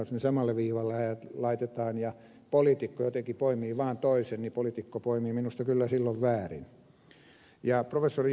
jos heidät samalle viivalle laitetaan ja poliitikko jotenkin poimii vaan toisen niin poliitikko poimii minusta kyllä silloin väärin